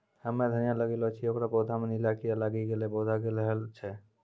हम्मे धनिया लगैलो छियै ओकर पौधा मे नीला कीड़ा लागी गैलै पौधा गैलरहल छै?